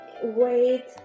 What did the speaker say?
wait